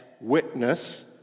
witness